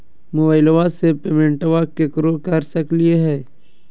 मोबाइलबा से पेमेंटबा केकरो कर सकलिए है?